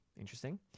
Interesting